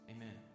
Amen